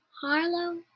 Harlow